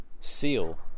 seal